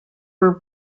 were